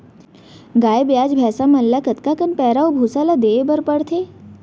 गाय ब्याज भैसा मन ल कतका कन पैरा अऊ भूसा ल देये बर पढ़थे?